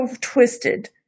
twisted